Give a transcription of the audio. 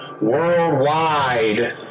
worldwide